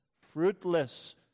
fruitless